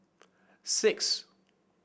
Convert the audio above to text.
six